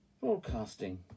broadcasting